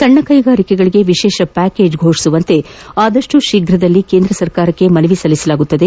ಸಣ್ಣ ಕೈಗಾರಿಕೆಗಳಿಗೆ ವಿಶೇಷ ಪ್ಯಾಕೇಜ್ ಘೋಷಿಸುವಂತೆ ಆದಷ್ಟು ಶೀಘ ಕೇಂದ್ರ ಸರ್ಕಾರಕ್ಕೆ ಮನವಿ ಸಲ್ಲಿಸಲಾಗುವುದು